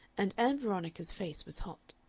and ann veronica's face was hot.